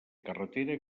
carretera